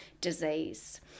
disease